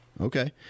Okay